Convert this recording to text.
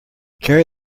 carry